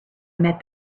met